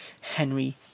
Henry